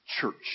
church